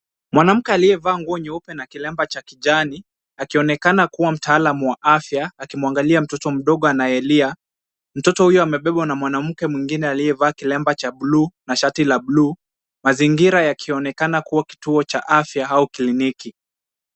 Mwanamke aliyevaa nguo nyepe na kilemba cha kijani, akionekana kuwa mtaalamu wa afya akimwangalia mtoto mdogo anayelia. Mtoto huyo amebebwa na mwanamke mwingine aliyevaa kilemba cha buluu na shati la buluu, mazingira yakionekana kuwa kituo cha afya au kliniki.